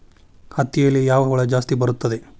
ಹತ್ತಿಯಲ್ಲಿ ಯಾವ ಹುಳ ಜಾಸ್ತಿ ಬರುತ್ತದೆ?